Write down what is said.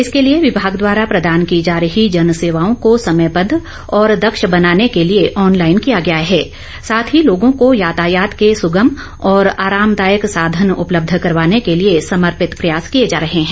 इसके लिए विभाग द्वारा प्रदान की जा रही जन सेवाओं को समयबद्ध और दक्ष बनाने के लिए ऑनलाईन किया गया है साथ ही लोगों को यातायात को सुगम और आरामदायक साधन उपलब्ध करवाने के लिए समर्पित प्रयास किए जा रहे हैं